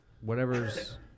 whatever's